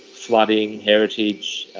flooding, heritage,